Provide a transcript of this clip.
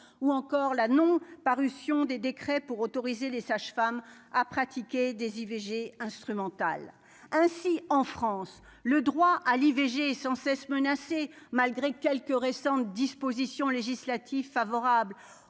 ou encore la non-parution des décrets pour autoriser les sages-femmes à pratiquer des IVG instrumentales ainsi en France, le droit à l'IVG sans cesse menacée malgré quelques récentes dispositions législatives favorables